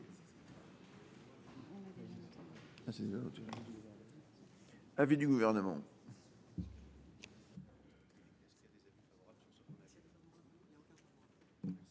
Merci